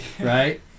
Right